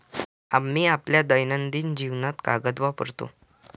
आम्ही आपल्या दैनंदिन जीवनात कागद वापरतो